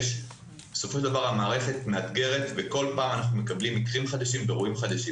בסופו של דבר המערכת מאתגרת וכל פעם אנחנו מקבלים אירועים חדשים.